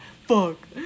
fuck